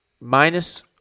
minus